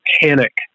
panic